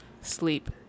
sleep